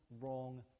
wrong